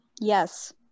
Yes